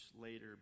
later